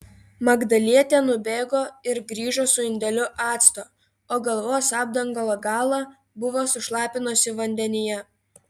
magdalietė nubėgo ir grįžo su indeliu acto o galvos apdangalo galą buvo sušlapinusi vandenyje